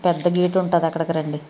పెద్ద గేట్ ఉంటుంది అక్కడికి రండి